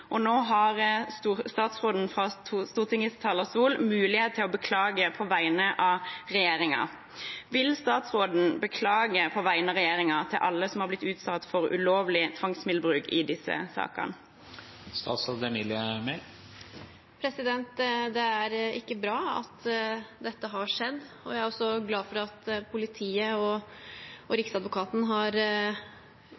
Nå har statsråden fra Stortingets talerstol mulighet til å beklage på vegne av regjeringen. Vil statsråden beklage på vegne av regjeringen til alle som har blitt utsatt for ulovlig tvangsmiddelbruk i disse sakene? Det er ikke bra at dette har skjedd, og jeg er også glad for at politiet og Riksadvokaten har oppdaget dette og